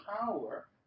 power